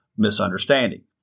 Misunderstanding